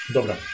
Dobra